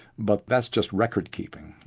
but that's just record-keeping.